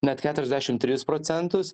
net keturiasdešim tris procentus